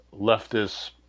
leftist